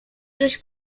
żeś